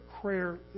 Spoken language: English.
prayer